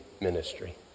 ministry